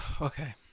Okay